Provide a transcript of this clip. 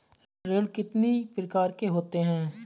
ऋण कितनी प्रकार के होते हैं?